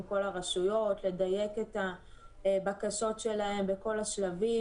כל הרשויות ולדייק את הבקשות שלהם בכל השלבים.